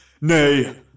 nay